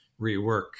rework